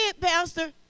Pastor